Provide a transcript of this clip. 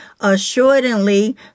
Assuredly